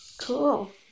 Cool